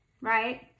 right